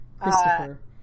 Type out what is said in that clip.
Christopher